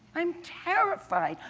i'm terrified!